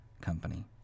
company